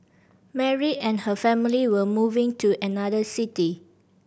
Mary and her family were moving to another city